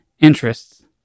interests